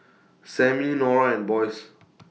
Sammie Norah and Boyce